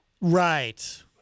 Right